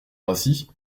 rassis